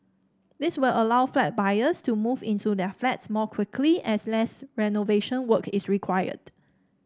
this will allow flat buyers to move into their flats more quickly as less renovation work is required